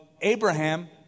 Abraham